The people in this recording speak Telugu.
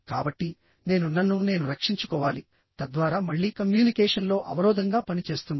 కాబట్టి నేను నన్ను నేను రక్షించుకోవాలి తద్వారా మళ్ళీ కమ్యూనికేషన్లో అవరోధంగా పనిచేస్తుంది